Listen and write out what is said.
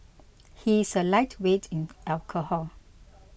he is a lightweight in alcohol